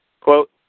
Quote